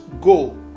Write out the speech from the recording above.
go